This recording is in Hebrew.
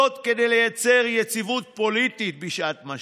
זאת כדי לייצר יציבות פוליטית בשעת משבר,